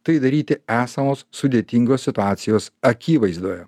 tai daryti esamos sudėtingos situacijos akivaizdoje